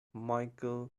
michael